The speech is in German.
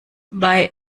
bei